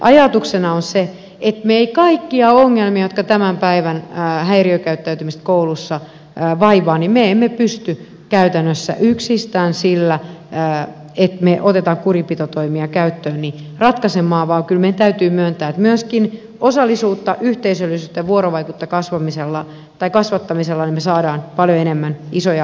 ajatuksena on se että me emme kaikkia ongelmia jotka tämän päivän häiriökäyttäytymistä kouluissa aiheuttavat pysty ratkaisemaan käytännössä yksistään sillä että me otamme kurinpitotoimia käyttöön vaan kyllä meidän täytyy myöntää että myöskin osallisuuteen yhteisöllisyyteen ja vuorovaikutukseen kasvattamalla me saamme paljon enemmän isoja asioita aikaan